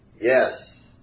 Yes